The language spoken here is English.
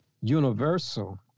universal